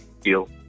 deal